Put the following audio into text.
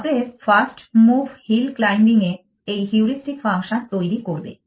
অতএব first move hill climbing এ এই হিউড়িস্টিক ফাংশন তৈরি করবে